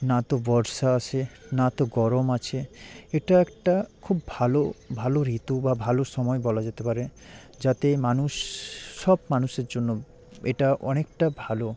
না তো বর্ষা আসে না তো গরম আছে এটা একটা খুব ভালো ভালো ঋতু বা ভালো সময় বলা যেতে পারে যাতে মানুষ সব মানুষের জন্য এটা অনেকটা ভালো